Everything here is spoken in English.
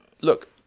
look